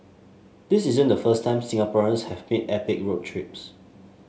this isn't the first time Singaporeans have made epic road trips